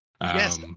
Yes